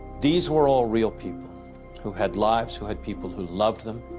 these were all real people who had lives who had people who loved them